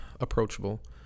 approachable